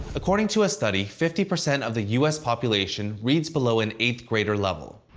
according to a study, fifty percent of the us population reads below an eighth grader level.